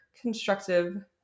constructive